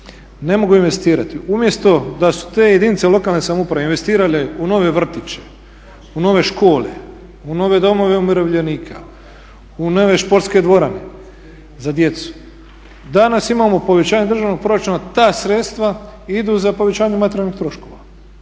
Ne mogu investirati. Umjesto da su te jedinice lokalne samouprave investirale u nove vrtiće, u nove škole, u nove domove umirovljenika, u nove športske dvorane za djecu, danas imamo povećanje državnog proračuna, ta sredstva idu za povećanje materijalnih troškova.